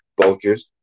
vultures